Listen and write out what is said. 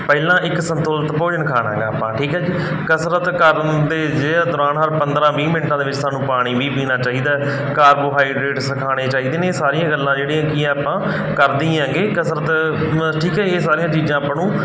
ਪਹਿਲਾਂ ਇੱਕ ਸੰਤੁਲਿਤ ਭੋਜਨ ਖਾਣਾ ਆਪਾਂ ਠੀਕ ਹੈ ਜੀ ਕਸਰਤ ਕਰਨ ਦੇ ਜੇ ਦੌਰਾਨ ਹਰ ਪੰਦਰ੍ਹਾਂ ਵੀਹ ਮਿੰਟਾਂ ਦੇ ਵਿੱਚ ਸਾਨੂੰ ਪਾਣੀ ਵੀ ਪੀਣਾ ਚਾਹੀਦਾ ਕਾਰਬੋਹਾਈਡਰੇਟਸ ਖਾਣੇ ਚਾਹੀਦੇ ਨੇ ਇਹ ਸਾਰੀਆਂ ਗੱਲਾਂ ਜਿਹੜੀਆਂ ਕਿ ਆਪਾਂ ਕਰਦੀ ਆਂਗੇ ਕਸਰਤ ਠੀਕ ਆ ਇਹ ਸਾਰੀਆਂ ਚੀਜ਼ਾਂ ਆਪਾਂ ਨੂੰ